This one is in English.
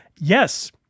Yes